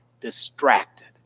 distracted